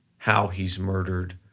how he's murdered,